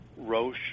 Roche